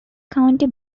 county